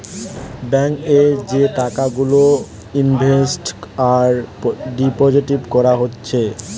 bank এ যে টাকা গুলা ইনভেস্ট আর ডিপোজিট কোরা হচ্ছে